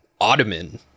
Ottoman